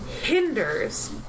hinders